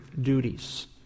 duties